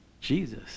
Jesus